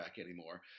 anymore